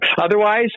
Otherwise